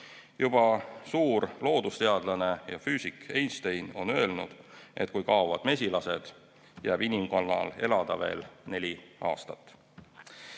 Juba suur loodusteadlane ja füüsik Einstein on öelnud, et kui kaovad mesilased, jääb inimkonnal elada veel vaid neli aastat.